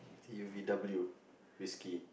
T U V W whiskey